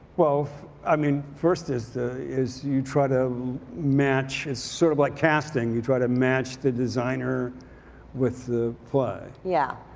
well, i mean, first is is you try to match, it's sort of like casting, you try to match the designer with the play. yeah.